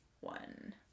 one